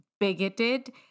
Bigoted